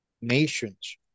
nations